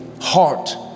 heart